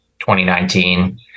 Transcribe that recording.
2019